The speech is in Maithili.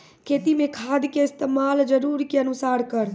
खेती मे खाद के इस्तेमाल जरूरत के अनुसार करऽ